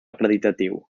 acreditatiu